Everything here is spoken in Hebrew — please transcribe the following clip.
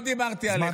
לא דיברתי עליך.